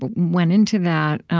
but went into that.